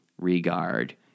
regard